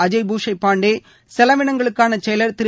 அஜய் பூஷே பாண்டே செலவினங்களுக்கான செயலர் திரு